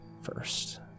first